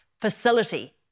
facility